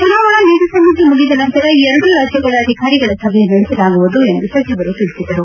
ಚುನಾವಣಾ ನೀತಿ ಸಂಹಿತೆ ಮುಗಿದ ನಂತರ ಎರಡೂ ರಾಜ್ಗಳ ಅಧಿಕಾರಿಗಳ ಸಭೆ ನಡೆಸಲಾಗುವುದು ಎಂದು ಸಚಿವರು ತಿಳಿಸಿದರು